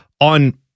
on